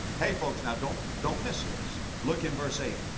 hey folks, now don't, don't miss this. look in verse eight,